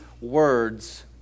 words